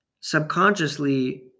subconsciously